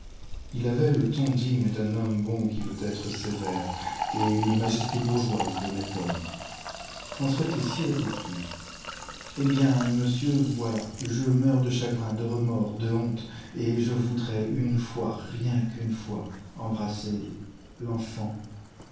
il avait le ton digne d'un homme bon qui veut être sévère et une majesté bourgeoise d'honnête homme françois tessier reprit eh bien monsieur voilà je meurs de chagrin de remords de honte et je voudrais une fois rien qu'une fois embrasser l'enfant